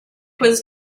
was